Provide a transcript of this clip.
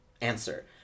answer